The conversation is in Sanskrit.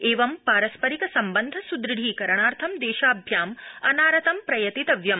एवं पारस्परिक सम्बन्ध सुदृढीकरणार्थ देशाभ्यां अनारतं प्रयतित्व्यम्